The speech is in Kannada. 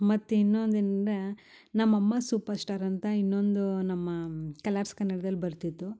ಮತ್ತು ಇನ್ನೊಂದು ಏನಂದರೆ ನಮ್ಮಮ್ಮ ಸೂಪರ್ ಸ್ಟಾರ್ ಅಂತ ಇನ್ನೊಂದು ನಮ್ಮ ಕಲರ್ಸ್ ಕನಡ್ದಲ್ಲಿ ಬರ್ತಿತ್ತು